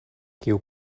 kiu